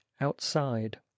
outside